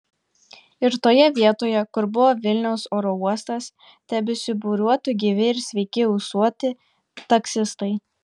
ir toje vietoje kur buvo vilniaus oro uostas tebesibūriuotų gyvi ir sveiki ūsuoti taksistai